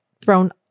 thrown